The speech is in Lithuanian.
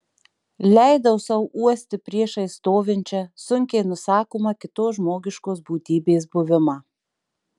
leidau sau uosti priešais stovinčią sunkiai nusakomą kitos žmogiškos būtybės buvimą